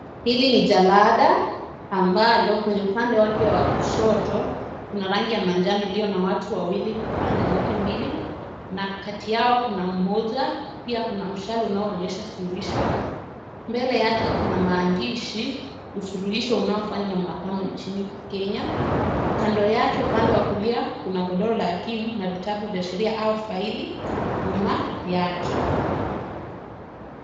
Hili ni jalada ambalo kwenye upande wake wa kushoto, kuna rangi ya manjano iliyo na watu wawili upande zote mbili na kati yao kuna mmoja. Pia kuna mshale unaoonyesha suluhisho, mbele yake kuna maandishi usuluhisho unaofanywa na mahakama nchini Kenya. Kando yake upande wa kulia, kuna godoro la hakimu na vitabu vya sheria au faili nyuma yake.